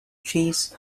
cheese